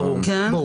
ברור.